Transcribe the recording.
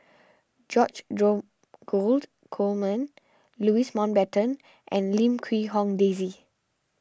George Dromgold Coleman Louis Mountbatten and Lim Quee Hong Daisy